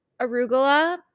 arugula